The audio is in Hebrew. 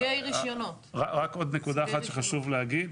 רק עוד נקודה אחת שחשוב להגיד,